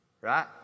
Right